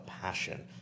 passion